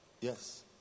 Yes